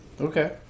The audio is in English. Okay